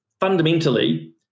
fundamentally